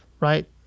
right